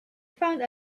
found